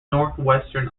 northwestern